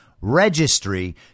registry